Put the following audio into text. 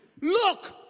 Look